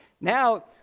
now